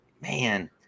man